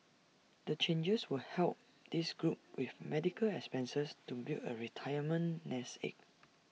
the changes will help this group with medical expenses to build A retirement nest egg